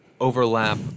overlap